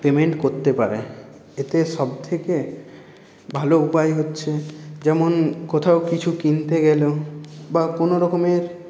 payment করতে পারে এতে সবথেকে ভালো উপায় হচ্ছে যেমন কোথাও কিছু কিনতে গেলাম বা কোনোরকমের